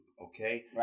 okay